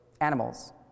animals